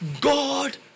God